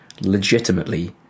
legitimately